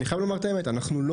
ואני חייב לומר את האמת: אנחנו לא